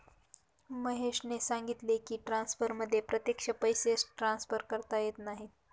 महेशने सांगितले की, ट्रान्सफरमध्ये प्रत्यक्ष पैसे ट्रान्सफर करता येत नाहीत